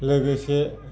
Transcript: लोगोसे